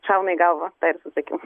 šauna į galvą tą ir susakiau